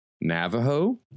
Navajo